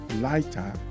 lighter